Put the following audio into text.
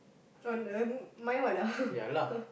oh uh my one ah